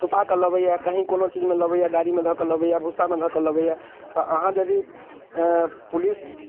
छुपाकऽ लबैया कहीँ कोनो चीजमे लबैया गाड़ीमे धऽकऽ लबैया भूस्सामे धऽ कऽ लबैया तऽ अहाँ यदि पुलिस